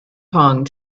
pong